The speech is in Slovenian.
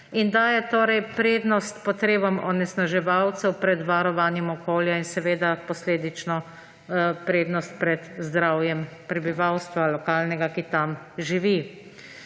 Daje torej prednost potrebam onesnaževalcev pred varovanjem okolja in posledično prednost pred zdravjem lokalnega prebivalstva, ki tam živi.